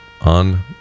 on